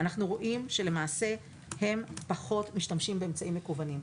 אנחנו רואים שלמעשה הם פחות משתמשים באמצעים מקוונים.